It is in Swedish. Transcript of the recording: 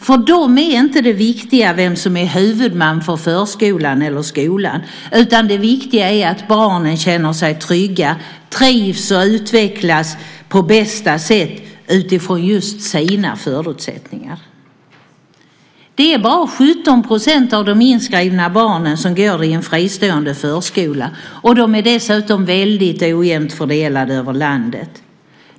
För dem är inte det viktiga vem som är huvudman för förskolan eller skolan, utan det viktiga är att barnen känner sig trygga, trivs och utvecklas på bästa sätt utifrån sina egna förutsättningar. Bara 17 % av de inskrivna barnen går i en fristående förskola, och de är dessutom mycket ojämnt fördelade över landet.